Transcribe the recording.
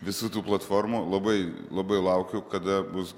visų tų platformų labai labai laukiu kada bus